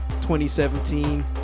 2017